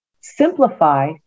simplify